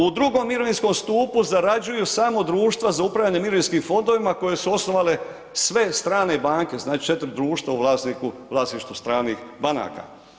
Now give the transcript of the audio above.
U drugom mirovinskom stupu zarađuju samo društva za upravljanje mirovinskim fondovima koje su osnovale sve strane banke, znači 4 društva u vlasništvu stranih banaka.